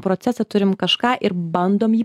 procesą turim kažką ir bandom jį